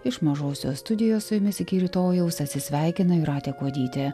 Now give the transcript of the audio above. iš mažosios studijos su jumis iki rytojaus atsisveikina jūratė kuodytė